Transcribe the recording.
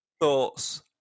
thoughts